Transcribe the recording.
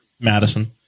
Madison